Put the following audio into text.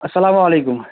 السلام علیکُم